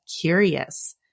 curious